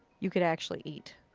you could actually eat.